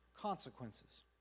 consequences